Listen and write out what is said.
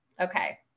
Okay